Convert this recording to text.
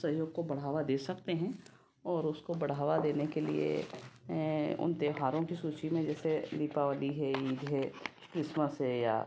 सहयोग को बढ़ावा दे सकते हैँ और उसको बढ़ावा देने के लिए उन त्यौहारों की सूची में जैसे दीपावली है ईद है क्रिसमस है या